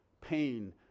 pain